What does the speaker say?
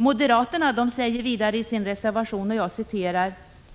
Moderaterna anför vidare i sin reservation: